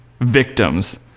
victims